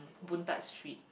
Boon-Tat-Street